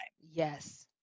Yes